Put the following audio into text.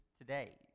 today